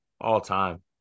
all-time